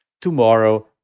tomorrow